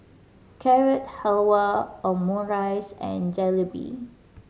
Carrot Halwa Omurice and Jalebi